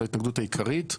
זאת ההתנגדות העיקרית,